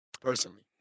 Personally